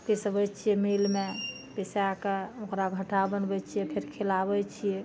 पिसबै छियै मिलमे पिसाके ओकरा घट्ठा बनबै छियै फेर खिलाबै छियै